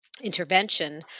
intervention